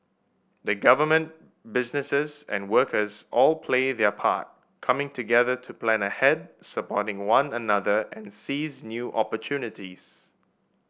the government businesses and workers all play their part coming together to plan ahead support one another and seize new opportunities